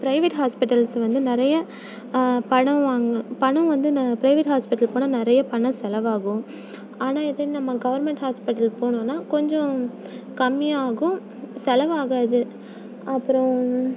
private hospitals வந்து நிறைய பணம் வாங்கு பணம் வந்து இந்த ப்ரைவேட் ஹாஸ்பிட்டல் போனால் நிறைய பணம் செலவாகும் ஆனால் இதே நம்ம கவர்மெண்ட் ஹாஸ்பிட்டல் போனோன்னா கொஞ்சம் கம்மியாகும் செலவாகாது அப்புறோம்